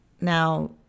Now